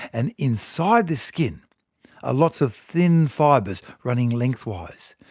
and inside this skin are lots of thin fibres running lengthwise.